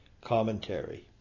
commentary